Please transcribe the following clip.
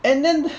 and then